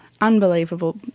unbelievable